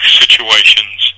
situations